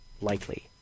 likely